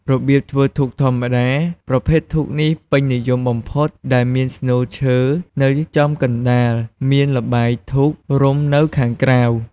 របៀបធ្វើធូបធម្មតាប្រភេទធូបនេះពេញនិយមបំផុតដែលមានស្នូលឈើនៅចំកណ្ដាលមានល្បាយធូបរុំនៅខាងក្រៅ។